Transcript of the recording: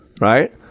Right